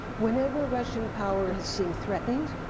whenever russian power has seemed threatened,